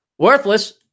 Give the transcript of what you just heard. Worthless